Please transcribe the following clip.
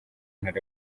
ntara